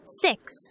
Six